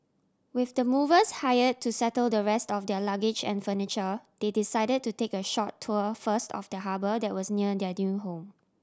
with the movers hired to settle the rest of their luggage and furniture they decided to take a short tour first of the harbour that was near their new home